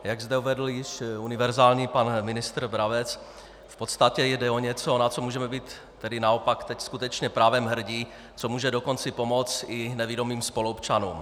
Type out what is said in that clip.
Jak zde uvedl již univerzální pan ministr Brabec, v podstatě jde o něco, na co můžeme být tedy naopak teď skutečně právem hrdí, co může dokonce pomoci i nevidomým spoluobčanům.